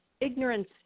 Ignorance